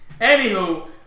Anywho